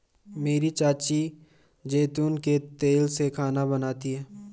मेरी चाची जैतून के तेल में खाना बनाती है